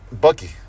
Bucky